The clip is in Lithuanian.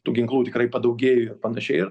tų ginklų tikrai padaugėjo ir panašiai ir